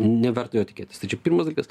neverta juo tikėtis tai čia pirmas dalykas